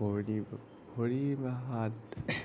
ভৰি ভৰি বা হাত